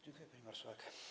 Dziękuję, pani marszałek.